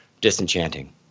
disenchanting